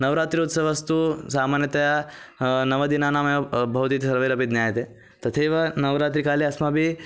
नवरात्रिः उत्सवस्तु सामान्यतया नवदिनानामेव भवति इति सर्वैरपि ज्ञायते तथैव नवरात्रिकाले अस्माभिः